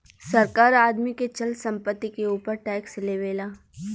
सरकार आदमी के चल संपत्ति के ऊपर टैक्स लेवेला